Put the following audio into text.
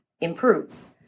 improves